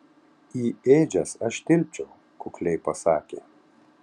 į ėdžias aš tilpčiau kukliai pasakė